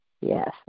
Yes